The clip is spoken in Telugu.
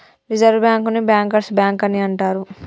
రిజర్వ్ బ్యాంకుని బ్యాంకర్స్ బ్యాంక్ అని అంటరు